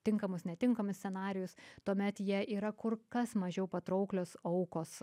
tinkamus netinkamus scenarijus tuomet jie yra kur kas mažiau patrauklios aukos